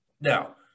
Now